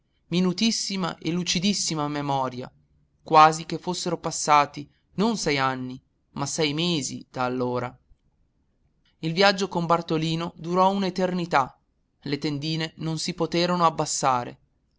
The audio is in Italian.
occorsi minutissima e lucidissima memoria quasi che fossero passati non sei anni ma sei mesi da allora il viaggio con bartolino durò un'eternità le tendine non si poterono abbassare